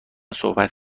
صحبت